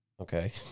Okay